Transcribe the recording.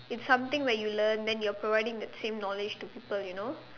it's something where you learn then you're providing the same knowledge to people you know